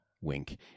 Wink